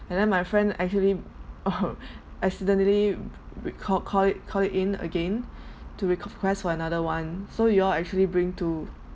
and then my friend actually accidentally recalled called it called it in again to request for another one so y'all actually bring two